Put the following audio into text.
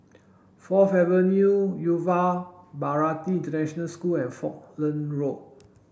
Fourth Avenue Yuva Bharati International School and Falkland Road